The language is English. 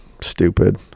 stupid